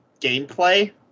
gameplay